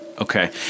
Okay